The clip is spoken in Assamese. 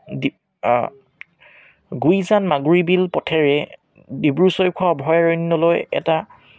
দি গুঁইজান মাগুৰী বিল পথেৰে ডিব্ৰু চৈখোৱা অভয়াৰণ্যলৈ এটা